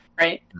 Right